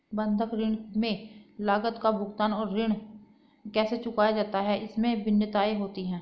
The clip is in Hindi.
बंधक ऋण में लागत का भुगतान और ऋण कैसे चुकाया जाता है, इसमें भिन्नताएं होती हैं